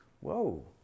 Whoa